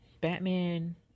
Batman